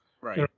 Right